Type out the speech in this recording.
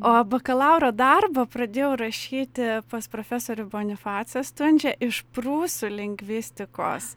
o bakalauro darbą pradėjau rašyti pas profesorių bonifacą stundžią iš prūsų lingvistikos